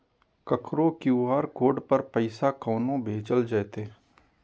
ककरो QR code पर पैसा कोना भेजल जेतै?